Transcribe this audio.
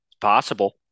Possible